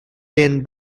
been